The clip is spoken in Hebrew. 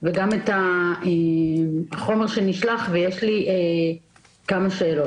וגם את החומר שנשלח, ויש לי שלוש שאלות.